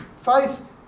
Faith